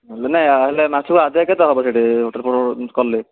ନା ମାସକୁ ଆଦାୟ କେତେ ହେବ ସେଠି ହୋଟେଲ୍ କଲେ